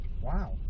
Wow